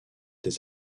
des